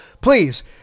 please